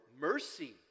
mercy